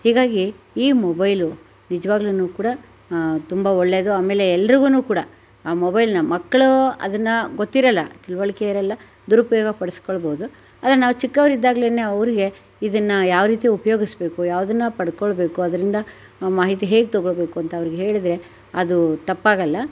ಹೀಗಾಗಿ ಈ ಮೊಬೈಲು ನಿಜ್ವಾಗ್ಲೂ ಕೂಡ ತುಂಬ ಒಳ್ಳೆಯದು ಆಮೇಲೆ ಎಲ್ರಿಗೂ ಕೂಡ ಆ ಮೊಬೈಲನ್ನ ಮಕ್ಕಳು ಅದನ್ನ ಗೊತ್ತಿರೋಲ್ಲ ತಿಳಿವಳ್ಕೆ ಇರೋಲ್ಲ ದುರುಪಯೋಗ ಪಡ್ಸ್ಕೊಳ್ಬೋದು ಆದ್ರೆ ನಾವು ಚಿಕ್ಕವ್ರಿದ್ದಾಗ್ಲೇ ಅವರಿಗೆ ಇದನ್ನು ಯಾವ ರೀತಿ ಉಪ್ಯೋಗಿಸ್ಬೇಕು ಯಾವ್ದನ್ನು ಪಡಕೊಳ್ಬೇಕು ಅದರಿಂದ ಮ ಮಾಹಿತಿ ಹೇಗೆ ತಗೊಳ್ಬೇಕು ಅಂತ ಅವ್ರಿಗೆ ಹೇಳಿದ್ರೆ ಅದು ತಪ್ಪಾಗಲ್ಲ